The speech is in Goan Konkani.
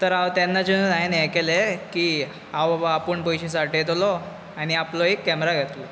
तर हांव तेन्ना जेन्ना हांवें हें केलें आं बाबा आपूण पयशे सांठयतलो आनी आपलो एक केमेरा घेतलो